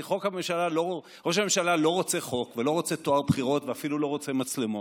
כי ראש הממשלה לא רוצה חוק ולא רוצה טוהר בחירות ואפילו לא רוצה מצלמות,